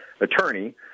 attorney